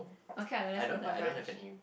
okay lah then let's go for brunch